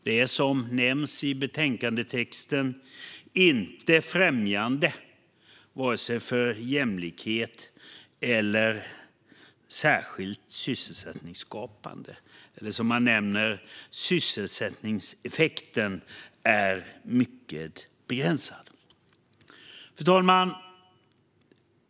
Det är, som nämns i betänkandetexten, varken främjande för jämlikhet eller särskilt sysselsättningsskapande. Som man nämner är sysselsättningseffekten mycket begränsad. Fru talman!